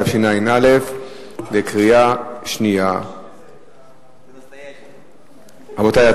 התשע"א 2011. רבותי,